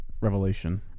revelation